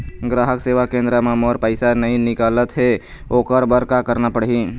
ग्राहक सेवा केंद्र म मोर पैसा नई निकलत हे, ओकर बर का करना पढ़हि?